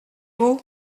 vous